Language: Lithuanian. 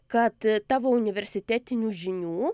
kad tavo universitetinių žinių